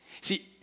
See